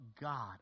God